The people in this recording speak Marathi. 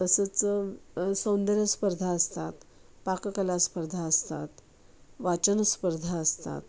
तसंच सौंदर्य स्पर्धा असतात पाककला स्पर्धा असतात वाचन स्पर्धा असतात